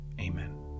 Amen